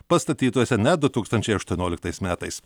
pastatytuose net du tūkstančiai aštuonioliktais metais